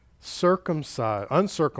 uncircumcised